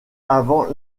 avant